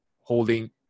holding